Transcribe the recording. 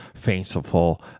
fanciful